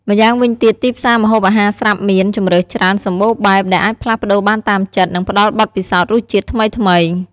ម្យ៉ាងវិញទៀត ទីផ្សារម្ហូបអាហារស្រាប់មាន ជម្រើសច្រើនសម្បូរបែប ដែលអាចផ្លាស់ប្តូរបានតាមចិត្ត និងផ្តល់បទពិសោធន៍រសជាតិថ្មីៗ។